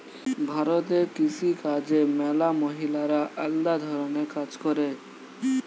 ভারতে কৃষি কাজে ম্যালা মহিলারা আলদা ধরণের কাজ করে